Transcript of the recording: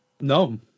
No